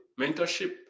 mentorship